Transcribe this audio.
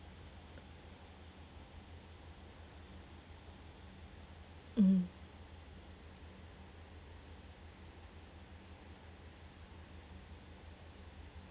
mm